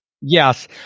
Yes